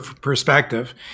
perspective